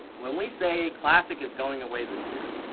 when we say classic is going away this year,